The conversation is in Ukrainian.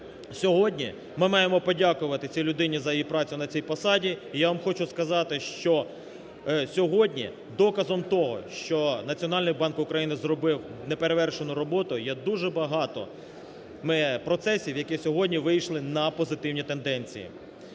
сьогодні ми маємо подякувати цій людині за її працю на цій посаді. І я вам хочу сказати, що сьогодні доказом того, що Національний банк України зробив неперевершену роботу, є дуже багато процесів, які сьогодні вийшли на позитивні тенденції.